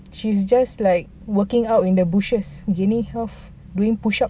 she's just like working out in the bushes gaining health doing push ups